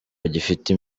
bagifite